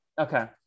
okay